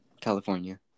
California